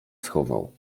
schował